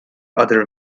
other